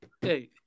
hey